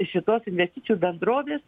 šitos investicijų bendrovės